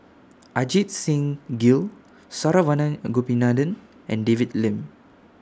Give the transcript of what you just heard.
Ajit Singh Gill Saravanan Gopinathan and David Lim